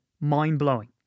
mind-blowing